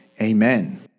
amen